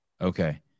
Okay